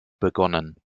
begonnen